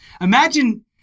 Imagine